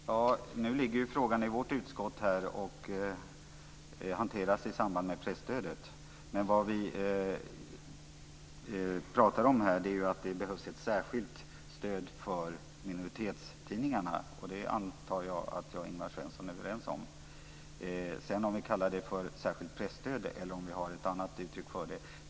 Fru talman! Nu ligger frågan i vårt utskott och hanteras i samband med presstödet. Vad vi pratar om här är att det behövs ett särskilt stöd för minoritetstidningarna, vilket jag antar att Ingvar Svensson och jag är överens om. Om vi sedan kallar det för särskilt presstöd eller om vi har ett annat uttryck för det är en annan sak.